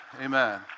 amen